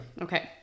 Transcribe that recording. Okay